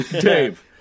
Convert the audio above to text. Dave